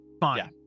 fine